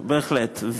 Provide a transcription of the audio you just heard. בהחלט.